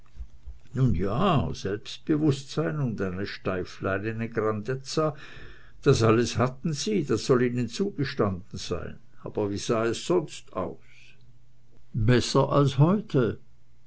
nu ja selbstbewußtsein und eine steifleinene grandezza das alles hatten sie das soll ihnen zugestanden sein aber wie sah es sonst aus besser als heute